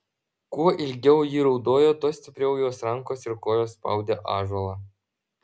kuo ilgiau ji raudojo tuo stipriau jos rankos ir kojos spaudė ąžuolą